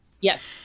Yes